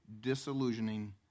disillusioning